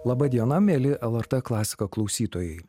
laba diena mieli lrt klasika klausytojai